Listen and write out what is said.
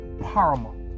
paramount